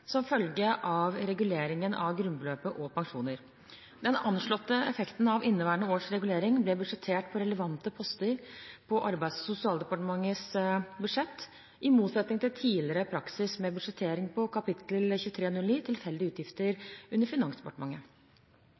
som følge av reguleringen av grunnbeløpet og pensjoner. Den anslåtte effekten av inneværende års regulering ble budsjettert på relevante poster på Arbeids- og sosialdepartementets budsjett, i motsetning til tidligere praksis med budsjettering på kapittel 2309 Tilfeldige utgifter under Finansdepartementet.